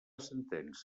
sentència